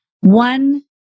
One